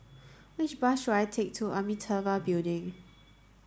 which bus should I take to Amitabha Building